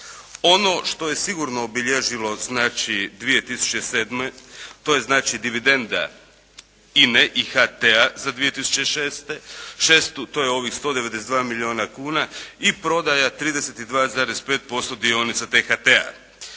Ono što je sigurno obilježilo znači 2007. to je znači dividenda INA-e i HT-a za 2006., to je ovih 192 milijuna kuna i prodaja 32,5% dionica T-HT-a.